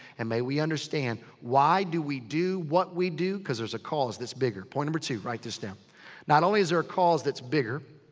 and may we understand. why do we do what we do? cause there's a cause that's bigger. point but two, write this down. not only is there a cause that's bigger.